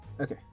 Okay